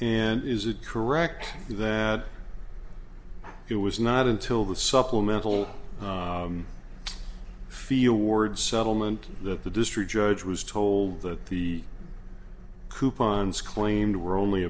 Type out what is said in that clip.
and is it correct that it was not until the supplemental feel ward settlement that the district judge was told that the coupons claimed were only